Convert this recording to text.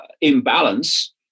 imbalance